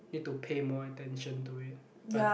need to pay more attention to it but